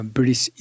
British